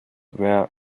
were